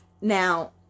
Now